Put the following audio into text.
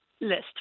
list